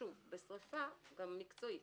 בשריפה גם מקצועית